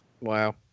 wow